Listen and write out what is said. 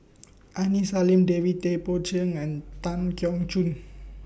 Aini Salim David Tay Poey Cher and Tan Keong Choon